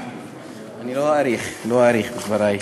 אני לא אאריך, לא אאריך בדברי.